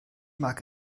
mag